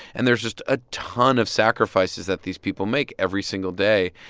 and there's just a ton of sacrifices that these people make every single day.